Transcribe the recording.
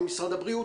ממשרד הבריאות,